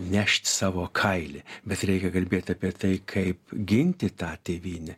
nešt savo kailį bet reikia kalbėt apie tai kaip ginti tą tėvynę